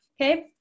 Okay